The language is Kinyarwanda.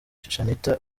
shanitah